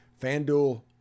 FanDuel